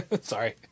Sorry